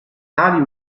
tali